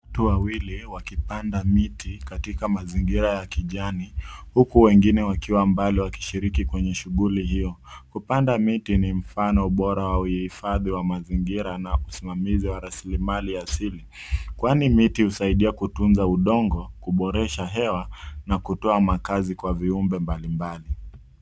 Watu wawili wakipanda miti katika mazingira ya kijani huku wengine wakiwa mbali wakishiriki kwenye shughuli hio. Kupanda miti ni mfano bora wa uhifadhi wa mazingira na usimamizi wa rasilimali asili kwani miti husaidia kutunza udongo, kuboresha hewa na kutoa makaazi kwa viumbe mbalimbali.